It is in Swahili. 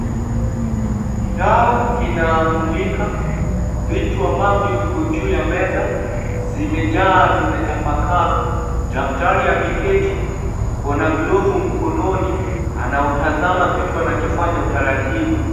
Taa kinamulika. Vitu ambavyo ziko juu ya meza; zimejaa zimetapakaa. Daktari ameketi, una glavu mkononi, anautazama kitu anachofanya utaratibu.